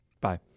Bye